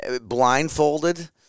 blindfolded